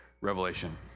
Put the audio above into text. Revelation